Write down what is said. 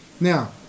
Now